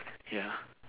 ya